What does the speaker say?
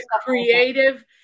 creative